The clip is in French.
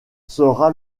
sera